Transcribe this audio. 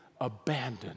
abandoned